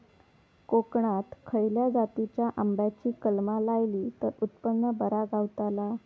कोकणात खसल्या जातीच्या आंब्याची कलमा लायली तर उत्पन बरा गावताला?